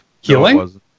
Healing